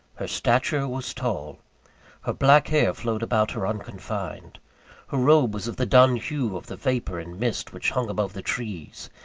her stature was tall her black hair flowed about her unconfined her robe was of the dun hue of the vapour and mist which hung above the trees,